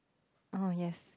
oh yes